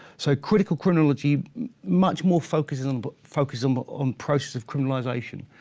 so critical criminology much more focuses on but focuses um but on process of criminalisation.